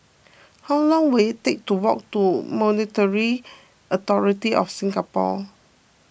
how long will it take to walk to Monetary Authority of Singapore